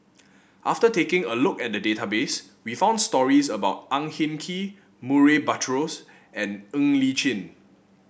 after taking a look at the database we found stories about Ang Hin Kee Murray Buttrose and Ng Li Chin